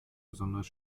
besonders